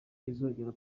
uzongera